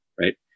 right